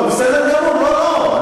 לא, בסדר גמור, לא לא.